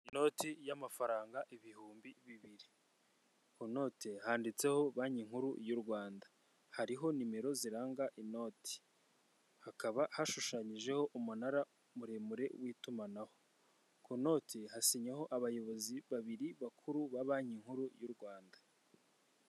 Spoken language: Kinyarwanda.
Inoti y'amafaranga ibihumbi bibiri ,inote handitseho banki nkuru y'u Rwanda, hariho nimero ziranga inoti hakaba hashushanyijeho umunara muremure w'itumanaho .Ku noti hasinyeho abayobozi babiri bakuru ba banki nkuru y'u Rwanda.